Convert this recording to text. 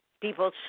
people